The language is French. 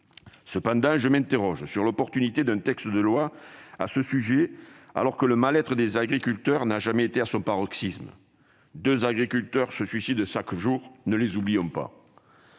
Cependant, je m'interroge sur l'opportunité de ce texte, alors que le mal-être des agriculteurs n'a jamais atteint un tel paroxysme : deux agriculteurs se suicident chaque jour ; ne les oublions pas.